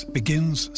begins